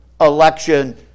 election